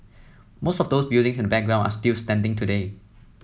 most of those buildings in the background are still standing today